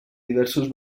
diversos